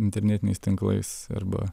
internetiniais tinklais arba